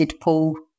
Paul